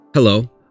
Hello